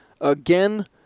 Again